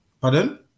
Pardon